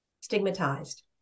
stigmatized